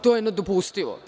To je nedopustivo.